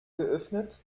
geöffnet